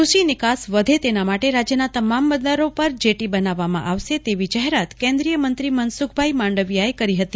કૃષિ નિકાસ વધે તેના માટે રાજ્યના તમામ બંદરો પર જેટી બનાવવામાં આવશે તેવી જાહેરાત કેન્દ્રીય મંત્રી મનસુ ખભાઇ માંડવિયાએ કરી હતી